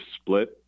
split